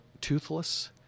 toothless